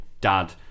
dad